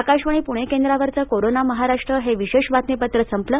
आकाशवाणी पूणे केंद्रावरच कोरोना महाराष्ट्र हे विशेष बातमीपत्र संपल